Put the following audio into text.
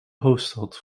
hoofdstad